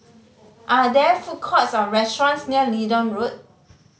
are there food courts or restaurants near Leedon Road